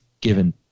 given